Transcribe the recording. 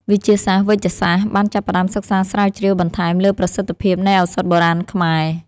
វិទ្យាសាស្ត្រវេជ្ជសាស្ត្របានចាប់ផ្តើមសិក្សាស្រាវជ្រាវបន្ថែមលើប្រសិទ្ធភាពនៃឱសថបុរាណខ្មែរ។